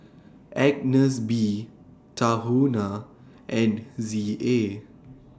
Agnes B Tahuna and Z A